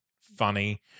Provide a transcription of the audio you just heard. funny